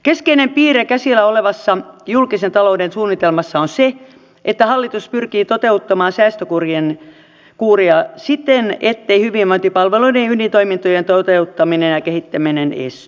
keskeinen piirre käsillä olevassa julkisen talouden suunnitelmassa on se että hallitus pyrkii toteuttamaan säästökuuria siten ettei hyvinvointipalveluiden ja ydintoimintojen toteuttaminen ja kehittäminen esty